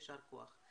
יישר כוח.